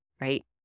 right